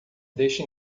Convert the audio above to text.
deixe